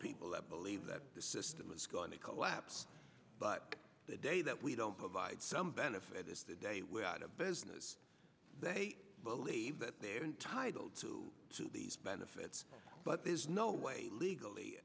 people that believe that the system is going to collapse but the day that we don't provide some benefit is the day we're out of business that they're entitled to these benefits but there's no way legally